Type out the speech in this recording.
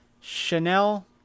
Chanel